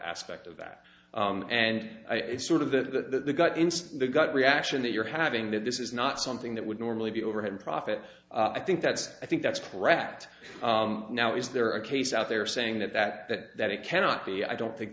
aspect of that and it's sort of the gut instinct the gut reaction that you're having that this is not something that would normally be overhead and profit i think that's i think that's cracked now is there a case out there saying that that that that it cannot be i don't think